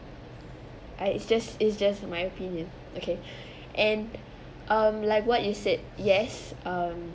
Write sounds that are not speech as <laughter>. I it's just it's just my opinion okay <breath> and um like what you said yes um